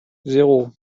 zéro